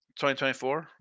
2024